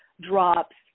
drops